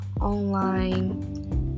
online